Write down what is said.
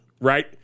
right